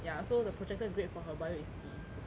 ya so the projected grade for her bio C